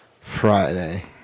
Friday